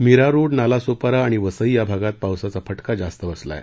मीरारोड नालासोपारा आणि वसई या भागात पावसाचा फटका जास्त बसला आहे